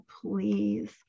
please